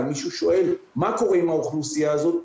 אם מישהו שואל מה קורה עם האוכלוסייה הזאת,